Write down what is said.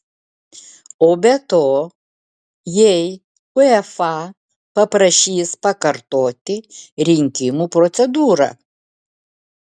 o be to jei uefa paprašys pakartoti rinkimų procedūrą